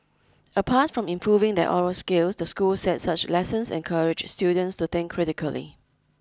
apart from improving their oral skills the school said such lessons encourage students to think critically